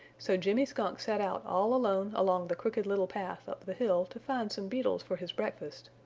so jimmy skunk set out all alone along the crooked little path up the hill to find some beetles for his breakfast.